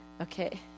Okay